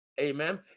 Amen